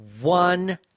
one